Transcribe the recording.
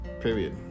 period